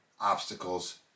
obstacles